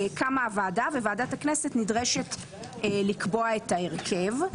קמה הוועדה, וועדת הכנסת נדרשת לקבוע את ההרכב.